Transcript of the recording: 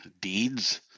deeds